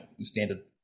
standard